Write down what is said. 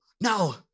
now